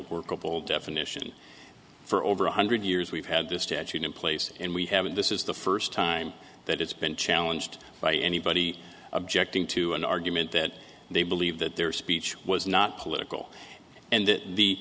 workable definition for over one hundred years we've had this statute in place and we have and this is the first time that it's been challenged by anybody objecting to an argument that they believe that their speech was not political and that the